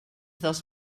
dels